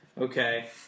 Okay